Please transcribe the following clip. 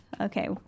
Okay